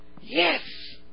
yes